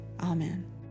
Amen